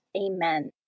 Amen